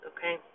Okay